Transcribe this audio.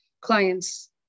clients